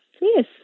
yes